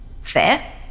Fair